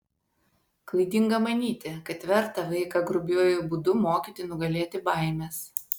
klaidinga manyti kad verta vaiką grubiuoju būdu mokyti nugalėti baimes